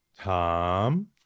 Tom